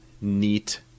neat